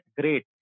great